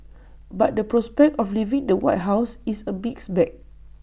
but the prospect of leaving the white house is A mixed bag